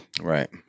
Right